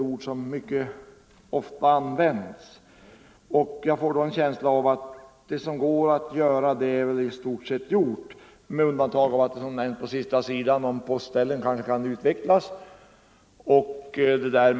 Ordet förbättring används mycket ofta. Jag får därför en känsla av att det anses att det som går att göra i stort sett är gjort med undantag av det som nämns på sista sidan i interpellationssvaret om att postställena kanske kan utvecklas.